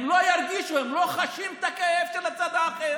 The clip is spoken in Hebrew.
הם לא ירגישו, הם לא חשים את הכאב של הצד האחר,